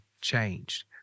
changed